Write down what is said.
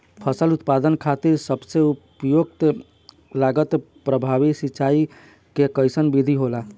फसल उत्पादन खातिर सबसे उपयुक्त लागत प्रभावी सिंचाई के कइसन विधि होला?